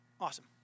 Awesome